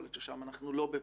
יכול להיות ששם אנחנו לא בפער,